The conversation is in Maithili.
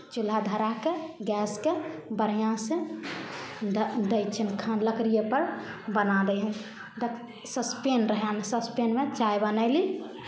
चूल्हा धरा कऽ गैसके बढ़िआँसँ द् दै छियनि लकड़िएपर बना दै हइ स् ससपैन रहै ससपैनमे चाय बनयली